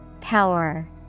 Power